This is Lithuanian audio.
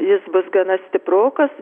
jis bus gana stiprokas